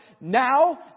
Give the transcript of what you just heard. now